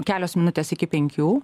kelios minutės iki penkių